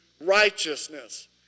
righteousness